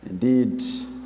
Indeed